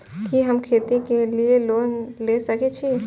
कि हम खेती के लिऐ लोन ले सके छी?